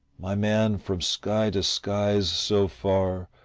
my man, from sky to sky's so far,